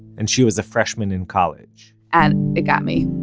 and she was a freshman in college and it got me.